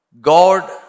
God